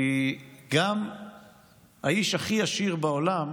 כי גם האיש הכי עשיר בעולם